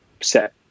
set